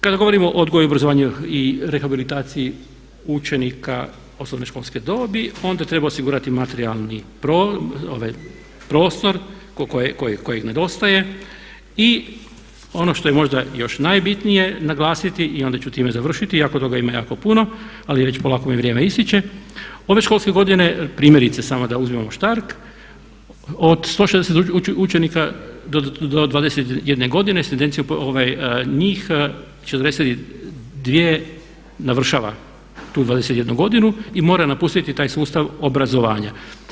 Kada govorimo o odgoju i obrazovanju i rehabilitaciji učenika osnovnoškolske dobi onda treba osigurati materijalni prostor koji nedostaje i ono što je možda još i najbitnije naglasiti i onda ću time završiti iako toga ima jako puno ali već polako mi vrijeme ističe, ove školske godine primjerice samo da uzmemo Štark od 160 učenika do 21 godine s tendencijom njih 42 navršava tu 21 i mora napustiti taj sustav obrazovanja.